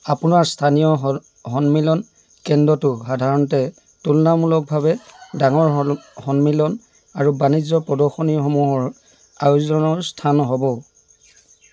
আপোনাৰ স্থানীয় স সন্মিলন কেন্দ্ৰটো সাধাৰণতে তুলনামূলকভাৱে ডাঙৰ সল সন্মিলন আৰু বাণিজ্য প্ৰদৰ্শনীসমূহৰ আয়োজনৰ স্থান হ'ব